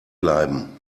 bleiben